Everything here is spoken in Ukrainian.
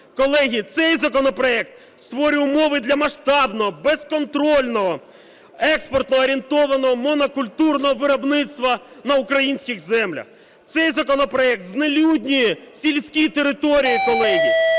Колеги, цей законопроект створює умови для масштабного безконтрольного експортоорієнтованого монокультурного виробництва на українських землях. Цей законопроект знелюднює сільські території, колеги.